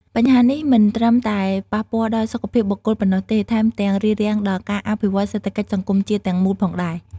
បញ្ហានេះមិនត្រឹមតែប៉ះពាល់ដល់សុខភាពបុគ្គលប៉ុណ្ណោះទេ ថែមទាំងរារាំងដល់ការអភិវឌ្ឍសេដ្ឋកិច្ចសង្គមជាតិទាំងមូលផងដែរ។